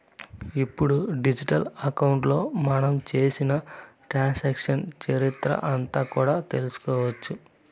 ఇప్పుడు డిజిటల్ అకౌంట్లో మనం చేసిన ట్రాన్సాక్షన్స్ చరిత్ర అంతా కూడా తెలుసుకోవచ్చు